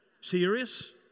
Serious